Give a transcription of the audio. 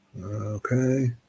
okay